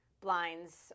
Blinds